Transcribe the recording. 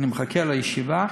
אני מחכה לישיבה.